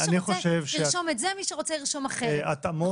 מי שרוצה ירשום את זה ומי שרוצה ירשום אחרת.